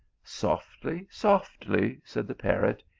softly softly, said the parrot,